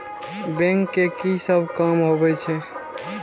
Bank के की सब काम होवे छे?